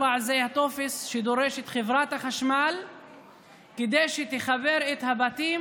זה טופס שדורשת חברת החשמל כדי שתחבר את הבתים